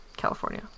california